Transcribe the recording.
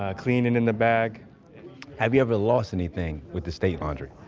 ah clean and in the bag have you ever lost anything with the state laundry?